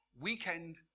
weekend